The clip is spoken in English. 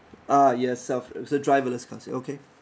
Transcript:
ah yes self uh driverless cars okay